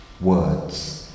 words